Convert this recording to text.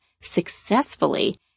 successfully